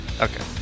Okay